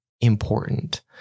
important